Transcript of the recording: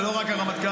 ולא רק הרמטכ"ל,